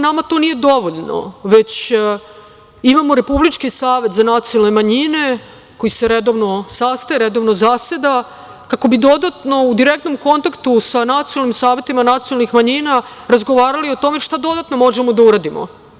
Nama to nije dovoljno, već imamo Republički savet za nacionalne manjine koji se redovno sastaje, redovno zaseda kako bi dodatno u direktnom kontaktu sa nacionalnim saveta i nacionalnih manjina razgovarali o tome šta dodatno možemo da uradimo.